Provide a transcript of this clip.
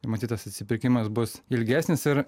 numatytas atsipirkimas bus ilgesnis ir